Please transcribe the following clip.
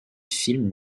film